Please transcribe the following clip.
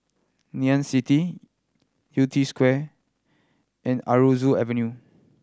Ngee Ann City Yew Tee Square and Aroozoo Avenue